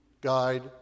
guide